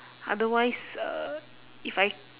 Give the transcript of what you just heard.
otherwise uh if I